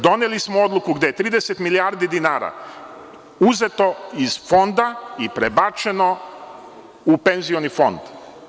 Doneli smo odluku gde 30 milijardi dinara uzeto iz Fonda i prebačeno u Penzioni fond.